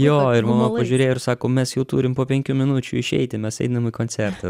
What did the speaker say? jo ir mama pažiūrėjo ir sako mes jau turim po penkių minučių išeiti mes einam į koncertą